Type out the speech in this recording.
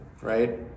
right